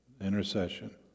intercession